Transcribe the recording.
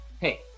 Hey